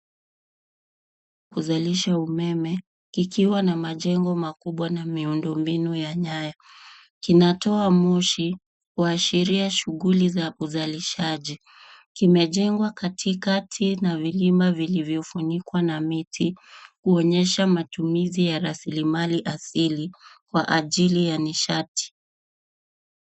Kuzalisha umeme, kikiwa na majengo makubwa na miundombinu ya nyayo. Kinatoa moshi, kuasharia shughuli za uzalishaji. Kimejengwa katikati na vilima vilivyofunikwa na miti, kuoonyesha matumizi ya rasilimali asili, kwa ajili ya nishati.